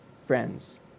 friends